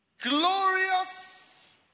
glorious